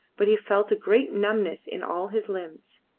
but he felt a great numbness in all his limbs.